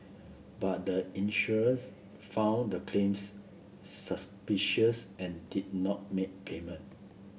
but the insurance found the claims suspicious and did not make payment